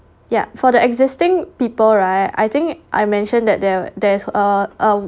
ya for the existing people right I think I mentioned that there there's a um